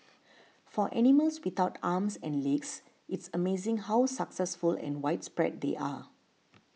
for animals without arms and legs it's amazing how successful and widespread they are